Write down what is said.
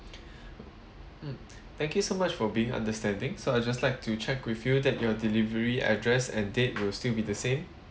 mm thank you so much for being understanding so I just like to check with you that you delivery address and date will still be the same